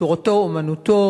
תורתו אומנותו.